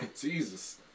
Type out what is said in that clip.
Jesus